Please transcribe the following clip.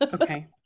Okay